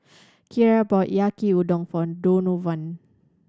Kierra bought Yaki Udon for Donovan